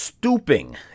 Stooping